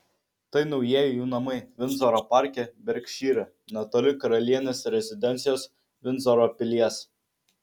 tai naujieji jų namai vindzoro parke berkšyre netoli karalienės rezidencijos vindzoro pilies